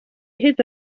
hyd